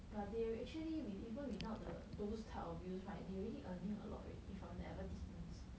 but they actually with even without the those type of views right they already earning a lot already from the advertisements